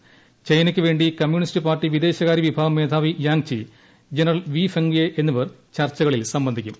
പൈനയ്ക്കു വേണ്ടി communist party വിദേശ കാര്യ വിഭാഗം മേധാവി Yang Chi general Wei Fenghe എന്നിവർ ചർച്ചകളിൽ സംബന്ധിക്കും